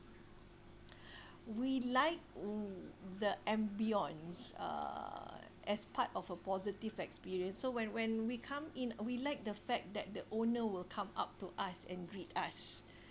we like w~ the ambience uh as part of a positive experience so when when we come in we like the fact that the owner will come up to us and greet us